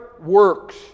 works